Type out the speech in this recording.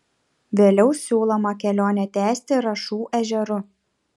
vėliau siūloma kelionę tęsti rašų ežeru